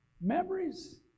Memories